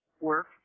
work